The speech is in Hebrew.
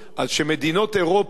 אז שמדינות אירופה,